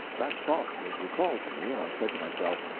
that thought was recalled to me, and i said to myself,